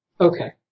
Okay